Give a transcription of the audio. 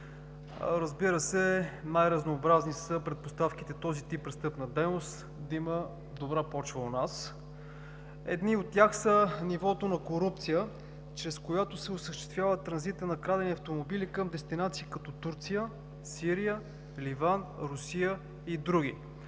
Разбира се, най-разнообразни са предпоставките този тип престъпна дейност да има добра почва у нас. Едни от тях са нивото на корупция, чрез която се осъществява транзита на крадени автомобили към дестинации като Турция, Сирия, Ливан, Русия и др.